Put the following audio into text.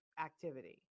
activity